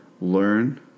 learn